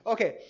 Okay